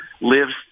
lives